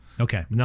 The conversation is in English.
Okay